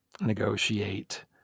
negotiate